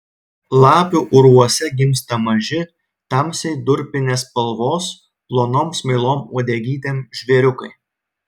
lapių urvuose gimsta maži tamsiai durpinės spalvos plonom smailom uodegytėm žvėriukai